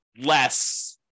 less